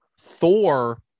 Thor